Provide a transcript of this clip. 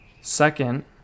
Second